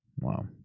Wow